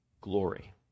glory